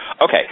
Okay